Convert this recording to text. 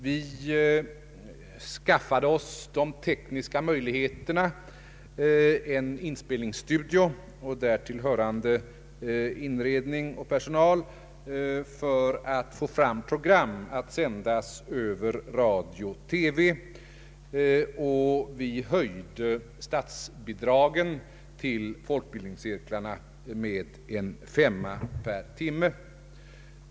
Vi skaffade oss de tekniska möjligheterna, en :inspelningsstudio med därtill hörande inredning och personal, för att få fram program att sändas i radio och TV. Vi höjde statsbidraget till folkbildningscirklarna med fem kronor per timme.